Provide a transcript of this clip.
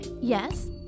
Yes